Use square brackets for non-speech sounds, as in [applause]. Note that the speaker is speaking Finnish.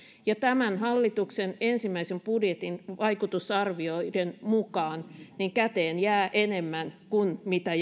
ja tämän hallituksen ensimmäisen budjetin vaikutusarvioiden mukaan käteen jää enemmän kuin mitä [unintelligible]